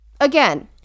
again